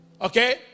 okay